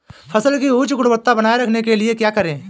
फसल की उच्च गुणवत्ता बनाए रखने के लिए क्या करें?